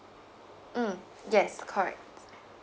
mm yes correct